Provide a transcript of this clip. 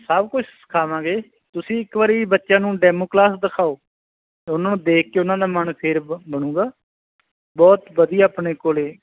ਸਭ ਕੁਛ ਸਿਖਾਵਾਂਗੇ ਤੁਸੀਂ ਇੱਕ ਵਾਰ ਬੱਚਿਆਂ ਨੂੰ ਡੈਮੋ ਕਲਾਸ ਦਿਖਾਓ ਉਹਨਾਂ ਨੂੰ ਦੇਖ ਕੇ ਉਹਨਾਂ ਦਾ ਮਨ ਫਿਰ ਬ ਬਣੂਗਾ ਬਹੁਤ ਵਧੀਆ ਆਪਣੇ ਕੋਲ